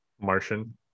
Martian